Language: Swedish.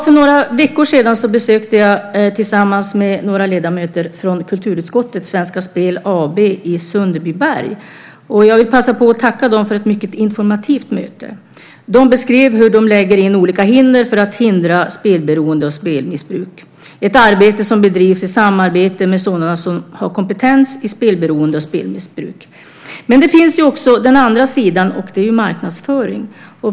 För några veckor sedan besökte jag tillsammans med några ledamöter från kulturutskottet Svenska Spel AB i Sundbyberg. Jag vill passa på att tacka dem för ett mycket informativt möte. De beskrev hur de lägger in olika hinder för att hindra spelberoende och spelmissbruk. Det är ett arbete som bedrivs i samarbete med sådana som har kompetens på området spelberoende och spelmissbruk. Det finns ju också den andra sidan, nämligen marknadsföring.